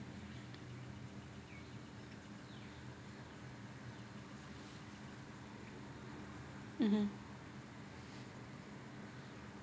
mmhmm